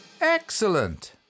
Excellent